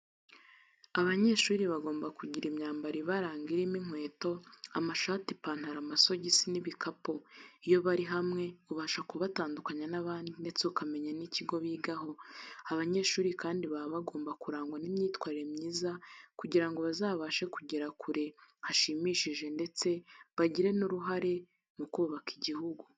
Abanyeshuri bagomba kugira imyambaro ibaranga irimo inkweto, amashati, ipantaro, amasogisi n'ibikapu. Iyo bari hamwe, ubasha kubatandukanya n'abandi ndetse ukamenya n'ikigo bigaho. Abanyeshuri kandi baba bagomba kurangwa n'imyitwarire myiza kugira ngo bazabashe kugera kure hashimishije ndetse bagire n'uruhare mu kubaka igihugu.